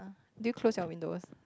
did you close your windows